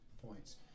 points